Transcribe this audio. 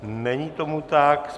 Není tomu tak.